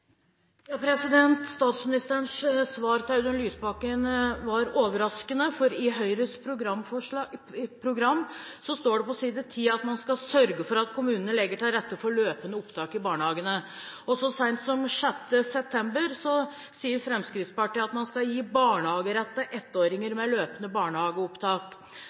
Statsministerens svar til Audun Lysbakken var overraskende, for i Høyres program står det på side 10 at man skal sørge for at kommunene legger til rette for løpende opptak i barnehagene. Og så sent som 6. september skrev Fremskrittspartiet at man skal «gi barnehagerett for 1-åringer med løpende barnehageopptak».